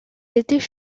étaient